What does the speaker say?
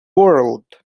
world